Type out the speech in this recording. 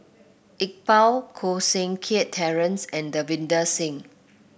Iqbal Koh Seng Kiat Terence and Davinder Singh